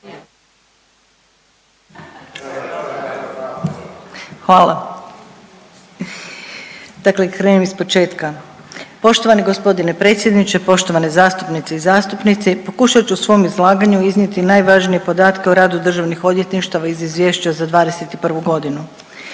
Hvala. Dakle, da krenem ispočetka. Poštovani gospodine predsjedniče, poštovane zastupnice i zastupnici pokušat ću u svom izlaganju iznijeti najvažnije podatke o radu državnih odvjetništava iz izvješća za 2021. godinu.